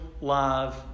live